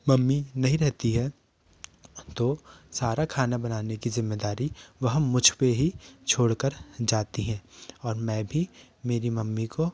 mummy नहीं रहती हैं तो सारा खाना बनाने कि जिम्मेदारी वह मुझ पे ही छोड़ कर जाती है और मैं भी मेरी मम्मी को